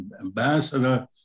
ambassador